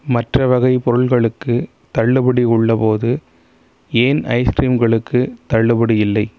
மற்ற வகைப் பொருட்களுக்கு தள்ளுபடி உள்ளபோது ஏன் ஐஸ் கிரீம்களுக்கு தள்ளுபடி இல்லை